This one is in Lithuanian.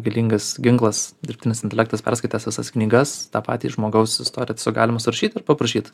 galingas ginklas dirbtinis intelektas perskaitęs visas knygas tą patį žmogaus istoriją galima surašyt ir paprašyt